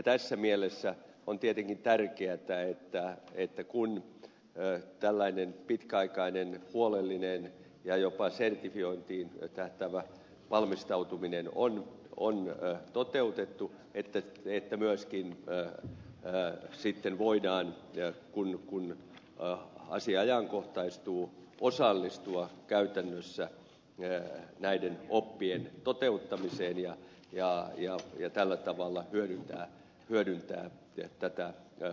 tässä mielessä on tietenkin tärkeätä kun tällainen pitkäaikainen huolellinen ja jopa sertifiointiin tähtäävä valmistautuminen on toteutettu että myöskin sitten voidaan kun asia ajankohtaistuu osallistua käytännössä näiden oppien toteuttamiseen ja tällä tavalla hyödyntää tätä prosessia